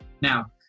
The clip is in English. Now